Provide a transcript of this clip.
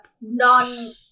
non